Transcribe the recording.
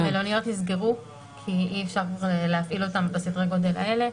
המלוניות נסגרו כי אי אפשר להפעיל אותן בסדרי גודל האלה.